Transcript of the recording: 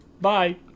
Bye